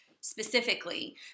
specifically